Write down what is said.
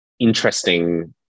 interesting